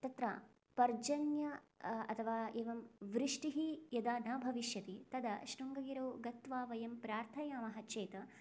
तत्र पर्जन्य अथवा एवं वृष्टिः यदा न भविष्यति तदा शृङ्गगिरौ गत्वा वयं प्रार्थयामः चेत्